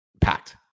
packed